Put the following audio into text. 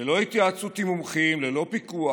ללא התייעצות עם מומחים, ללא פיקוח.